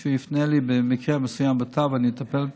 אם מישהו יפנה אליי במקרה מסוים בכתב, אני אטפל.